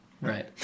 Right